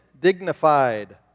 dignified